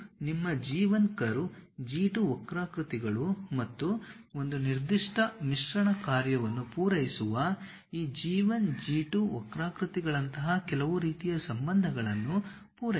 ಇದು ನಿಮ್ಮ G 1 curve G 2 ವಕ್ರಾಕೃತಿಗಳು ಮತ್ತು ಒಂದು ನಿರ್ದಿಷ್ಟ ಮಿಶ್ರಣ ಕಾರ್ಯವನ್ನು ಪೂರೈಸುವ ಈ G 1 G 2 ವಕ್ರಾಕೃತಿಗಳಂತಹ ಕೆಲವು ರೀತಿಯ ಸಂಬಂಧಗಳನ್ನು ಪೂರೈಸುತ್ತದೆ